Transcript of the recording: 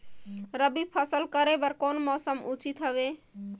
रबी फसल करे बर कोन मौसम उचित हवे?